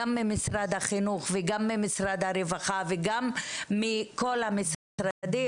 גם ממשרד החינוך וגם ממשרד הרווחה וגם מכל המשרדים,